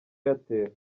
airtel